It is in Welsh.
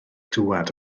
dŵad